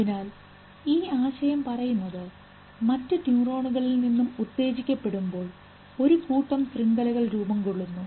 അതിനാൽ ഈ ആശയം പറയുന്നത് മറ്റു ന്യൂറോണുകൾ നിന്നും ഉത്തേജിക്കപ്പെടുമ്പോൾ ഒരു കൂട്ടം ശൃംഖലകൾ രൂപപ്പെടുന്നു